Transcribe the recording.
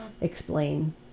explain